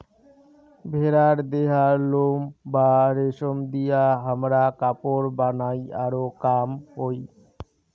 ভেড়ার দেহার লোম বা রেশম দিয়ে হামরা কাপড় বানাই আরো কাম হই